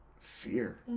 fear